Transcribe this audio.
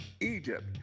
Egypt